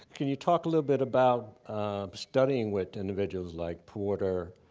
can you talk a little bit about studying with individuals like porter,